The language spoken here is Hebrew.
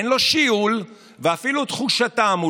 אין לו שיעול ואפילו את חוש הטעם הוא